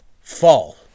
Fall